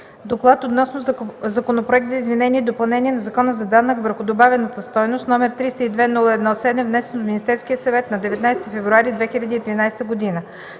„ДОКЛАД относно Законопроект за изменение и допълнение на Закона за данък върху добавената стойност, № 302-01-7, внесен от Министерския съвет на 19 февруари 2013 г.